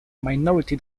minority